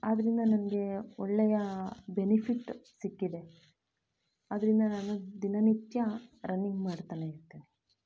ಆದ್ದರಿಂದ ನನಗೆ ಒಳ್ಳೆಯ ಬೆನಿಫಿಟ್ ಸಿಕ್ಕಿದೆ ಅದರಿಂದ ನಾನು ದಿನನಿತ್ಯ ರನ್ನಿಂಗ್ ಮಾಡ್ತಾನೇ ಇರ್ತೀನಿ